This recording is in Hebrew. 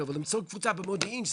קבוצה במודיעין,